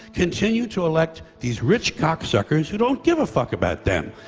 continue to elect these rich cock suckers who don't give a fuck about them,